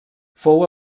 fou